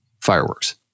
fireworks